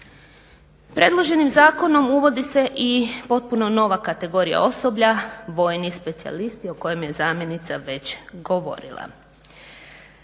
Predloženim zakonom uvodi se i potpuno nova kategorija osoblja vojni specijalisti, o kojim je zamjenica već govorila.